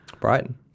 Brighton